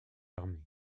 armée